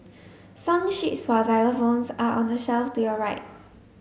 song sheets for xylophones are on the shelf to your right